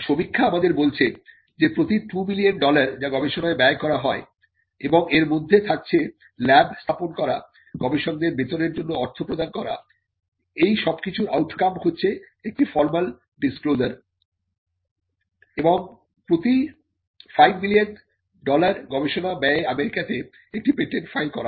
সমীক্ষা আমাদের বলছে যে প্রতি 2 মিলিয়ন ডলার যা গবেষণায় ব্যয় করা হয় এবং এর মধ্যে থাকছে ল্যাব স্থাপন করা গবেষকদের বেতনের জন্য অর্থ প্রদান করা এই সবকিছুর আউট কাম হচ্ছে একটি ফর্মাল ডিসক্লোজার এবং প্রতি 5 মিলিয়ন ডলার গবেষণা ব্যয়ে আমেরিকাতে একটি পেটেন্ট ফাইল করা হয়